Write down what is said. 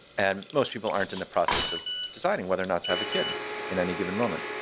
and most people aren't in the process of deciding whether or not to have a kid in any given moment.